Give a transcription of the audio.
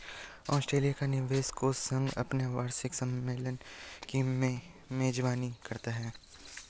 Australia का निवेश कोष संघ अपने वार्षिक सम्मेलन की मेजबानी करता है